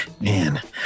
man